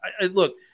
look